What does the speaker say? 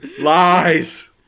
Lies